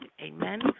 Amen